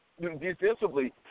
defensively